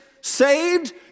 saved